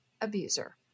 abuser